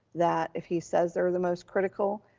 that if he says they're the most critical,